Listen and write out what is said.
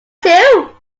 too